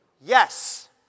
yes